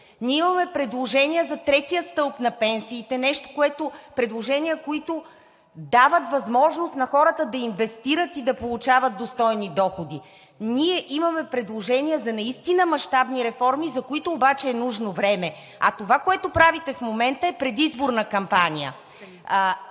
Ние имаме предложения за третия стълб на пенсиите – предложения, които дават възможност на хората да инвестират и да получават достойни доходи. Ние имаме предложения за наистина мащабни реформи, за които обаче е нужно време, а това, което правите в момента, е предизборна кампания.